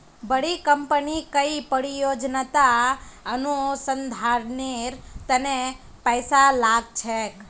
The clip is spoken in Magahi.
बड़ी कंपनी कई परियोजनात अनुसंधानेर तने पैसा लाग छेक